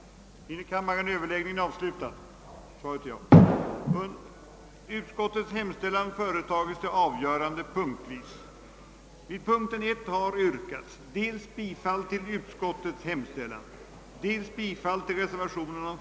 till företagsskatteutredningen att beaktas vid fullgörande av dess uppdrag;